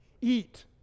Eat